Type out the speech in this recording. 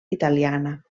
italiana